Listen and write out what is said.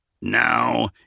Now